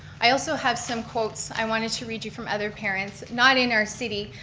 i also have some quotes i wanted to read you from other parents, not in our city,